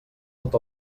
tot